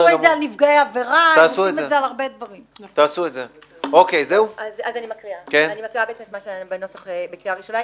אז אני מקריאה את הנוסח של הקריאה הראשונה,